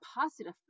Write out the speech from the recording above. positive